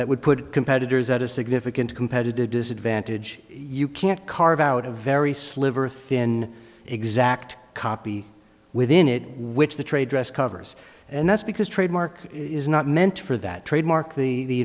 that would put competitors at a significant competitive disadvantage you can't carve out a very sliver thin exact copy within it which the trade dress covers and that's because trademark is not meant for that trademark the